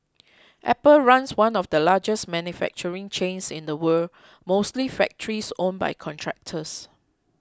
apple runs one of the largest manufacturing chains in the world mostly factories owned by contractors